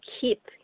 keep